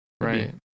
right